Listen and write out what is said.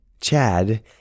Chad